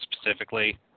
specifically